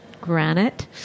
Granite